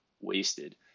wasted